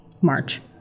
March